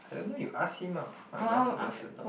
I don't know you ask him ah how am I supposed to know